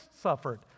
suffered